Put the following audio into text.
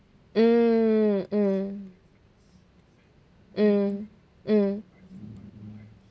mm mm mm mm